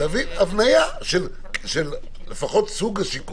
הבניה של לפחות סוג השיקולים.